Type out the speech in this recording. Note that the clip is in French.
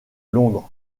londres